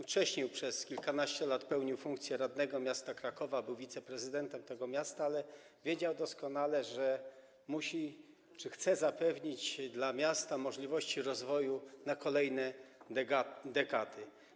Wcześniej przez kilkanaście lat pełnił funkcję radnego miasta Krakowa, był też wiceprezydentem tego miasta, ale wiedział doskonale, że musi czy chce zapewnić miastu możliwości rozwoju na kolejne dekady.